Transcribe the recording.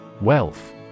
Wealth